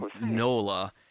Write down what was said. Nola